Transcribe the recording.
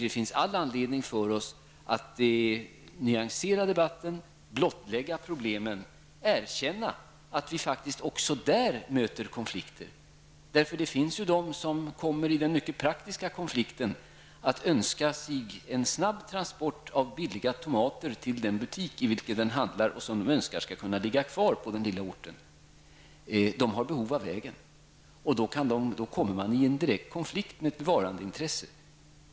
Det finns all anledning för oss att nyansera debatten, blottlägga problemen och erkänna att vi också där möter konflikter. Det finns ju människor som hamnar i den mycket praktiska konflikten att de önskar sig en snabb transport av billiga tomater till den butik i vilken de handlar och som de vill ha kvar på den lilla orten. Dessa människor har behov av vägen, och då kan detta behov komma i direkt konflikt med ett bevarandeintresse.